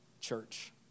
church